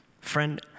friend